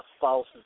false